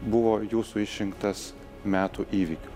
buvo jūsų išrinktas metų įvykiu